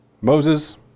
Moses